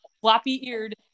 floppy-eared